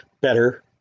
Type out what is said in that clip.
better